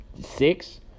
six